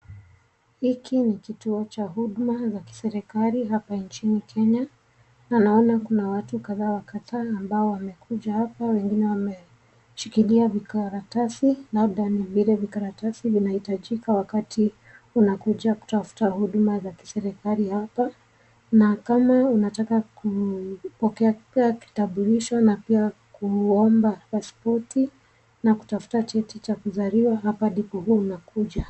Hiki ni kituo cha huduma cha serekali hapa nchini kenya, tunaona watu wakadhaa kadha ambao wamekuja hapo wengine wameshikilia vikaratasi. labda ni vile vikaratasi vinahitajika wakati unakuja kutafuta huduma za kiserekali hapa na kama unataka kupokea kitambulisho na pia kuomba paspoti nakutafuta cheti cha kuzaliwa hapa ndipo huwa unakuja.